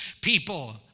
people